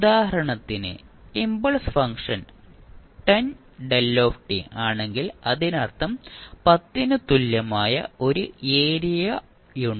ഉദാഹരണത്തിന് impulse function 10 ആണെങ്കിൽ അതിനർത്ഥം 10 ന് തുല്യമായ ഒരു ഏരിയയുണ്ട്